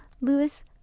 Lewis